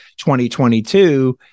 2022